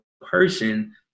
person